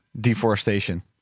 Deforestation